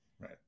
right